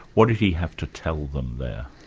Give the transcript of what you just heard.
what did he have to tell them there?